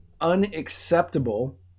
unacceptable